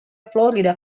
florida